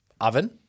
oven